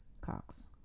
Cox